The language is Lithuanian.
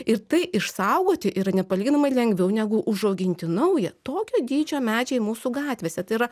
ir tai išsaugoti yra nepalyginamai lengviau negu užauginti naują tokio dydžio medžiai mūsų gatvėse tai yra